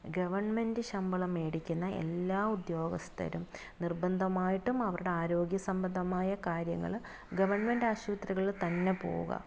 government ശമ്പളം മേടിക്കുന്ന എല്ലാ ഉദ്യോഗസ്ഥരും നിർബന്ധമായിട്ടും അവരുടെ ആരോഗ്യ സംബന്ധമായ കാര്യങ്ങള് ഗവണ്മെൻറ്റാശുപത്രികളിൽ തന്നെ പോവുക